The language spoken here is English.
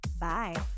bye